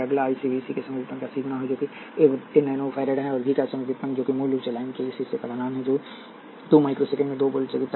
अब अगला i c V c के समय व्युत्पन्न का c गुना होगा जो कि १० नैनो फैराड है और v का समय व्युत्पन्न है जो मूल रूप से लाइन के इस हिस्से का ढलान है जो २ माइक्रो सेकंड में २ वोल्ट से गिरता है